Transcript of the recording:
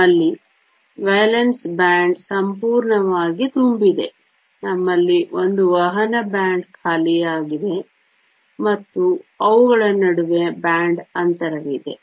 ನಮ್ಮಲ್ಲಿ valence band ಸಂಪೂರ್ಣವಾಗಿ ತುಂಬಿದೆ ನಮ್ಮಲ್ಲಿ ಒಂದು ವಹನ ಬ್ಯಾಂಡ್ ಖಾಲಿಯಾಗಿದೆ ಮತ್ತು ಅವುಗಳ ನಡುವೆ ಬ್ಯಾಂಡ್ ಅಂತರವಿದೆ